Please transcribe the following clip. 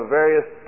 various